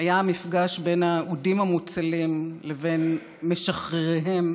היה המפגש בין האודים המוצלים לבין משחרריהם,